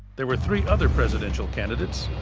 there were three other presidential candidates,